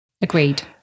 Agreed